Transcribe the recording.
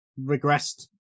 regressed